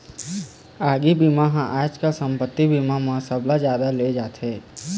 आगी बीमा ह आजकाल संपत्ति बीमा म सबले जादा ले जाथे